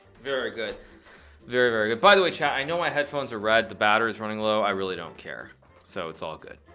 very good very very good by the way chad i know my headphones are red the batter is running low i really don't care so it's all good